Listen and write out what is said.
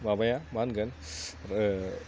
माबाया मा होनगोन